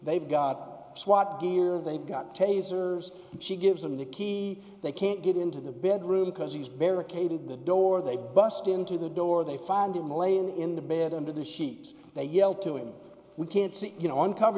they've got swat gear they've got tasers she gives them the key they can't get into the bedroom because he's barricaded the door they bust into the door they find him laying in the bed under the sheets they yell to him we can't see you know uncover